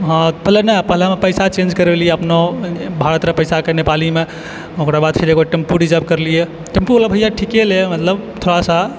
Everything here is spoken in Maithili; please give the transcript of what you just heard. हँ पहिले नहि पहिले पैसा चेन्ज करेलियै अपनो भारतके पैसाके नेपालीमे ओकरा बाद फेर एगो टेम्पु रिजर्व करलियै टेम्पुवला भैया ठीके रहै मतलब थोड़ा सा